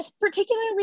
particularly